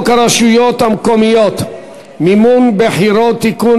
הרשויות המקומיות (מימון בחירות) (תיקון,